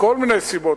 מכל מיני סיבות,